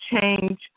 change